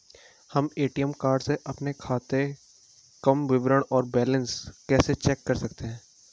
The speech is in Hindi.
हम ए.टी.एम कार्ड से अपने खाते काम विवरण और बैलेंस कैसे चेक कर सकते हैं?